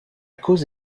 cause